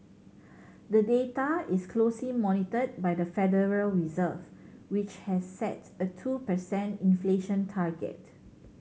the data is closely monitored by the Federal Reserve which has set a two percent inflation target